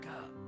up